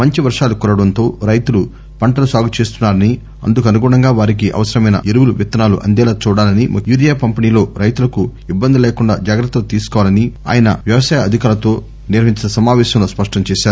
మంచి వర్వాలు కురవడంతో రైతులు పంటలు సాగుచేస్తున్నారని అందుకనుగుణంగా వారికి అవసరమైన ఎరువులు విత్తనాలు అందేలా చూడాలని యూరియా పంపిణీలో రైతులకు ఇబ్బందులు లేకుండా జాగ్రత్తలు తీసుకోవాలని ఆయన వ్యవసాయ అధికారులతో నిర్వహించిన సమావేశంలో స్పష్టం చేశారు